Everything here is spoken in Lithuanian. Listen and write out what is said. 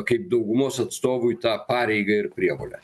kaip daugumos atstovui į tą pareigą ir prievolę